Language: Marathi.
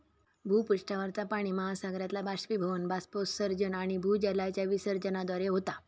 भूपृष्ठावरचा पाणि महासागरातला बाष्पीभवन, बाष्पोत्सर्जन आणि भूजलाच्या विसर्जनाद्वारे होता